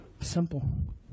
Simple